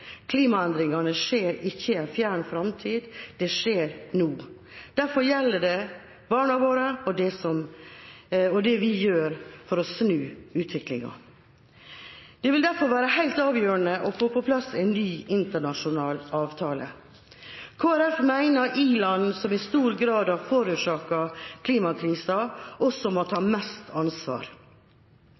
Klimaendringene skjer ikke i en fjern fremtid – de skjer nå. Derfor gjelder det barna våre, og det vi gjør for å snu utviklingen. Det vil derfor være helt avgjørende å få på plass en ny internasjonal avtale. Kristelig Folkeparti mener i-land som i stor grad har forårsaket klimakrisen, også må ta mest ansvar.